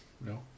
no